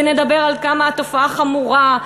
ונדבר על כמה התופעה חמורה,